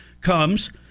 comes